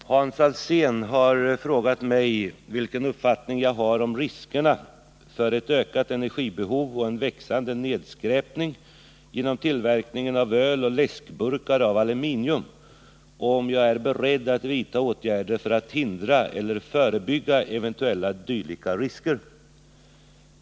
Herr talman! Hans Alsén har frågat mig vilken uppfattning jag har om riskerna för ett ökat energibehov och en växande nedskräpning genom tillverkningen av öloch läskburkar av aluminium och om jag är beredd att vidta åtgärder för att hindra eller förebygga eventuella dylika risker.